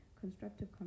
constructive